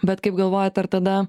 bet kaip galvojat ar tada